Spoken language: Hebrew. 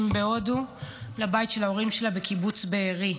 בהודו לבית של ההורים שלה בקיבוץ בארי.